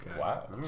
wow